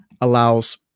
allows